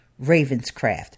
Ravenscraft